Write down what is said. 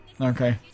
Okay